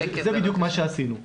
זה לא שנה רגילה.